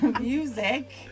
Music